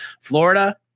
Florida